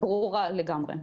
ברורה לגמרי.